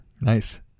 Nice